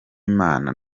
imana